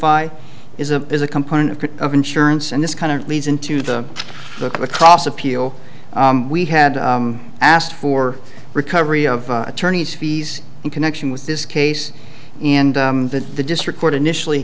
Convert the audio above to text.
fy is a is a component of insurance and this kind of leads into the cost appeal we had asked for recovery of attorney's fees in connection with this case and the district court initially